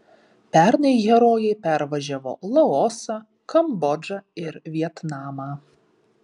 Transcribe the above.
pernai herojai pervažiavo laosą kambodžą ir vietnamą